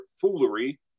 foolery